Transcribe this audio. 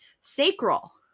Sacral